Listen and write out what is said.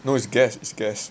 no it's gas it is gas